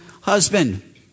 husband